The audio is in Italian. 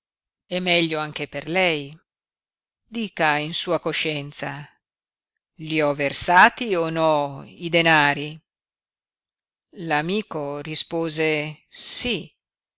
è meglio anche per lei dica in sua coscienza li ho versati o no i denari l'amico rispose sí